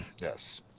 Yes